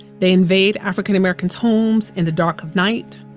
they invade african-americans' homes in the dark of night.